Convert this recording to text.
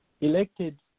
elected